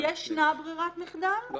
ישנה ברירת מחדל.